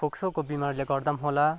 फोक्सोको बिमारले गर्दा पनि होला